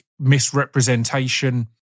misrepresentation